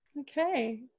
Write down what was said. Okay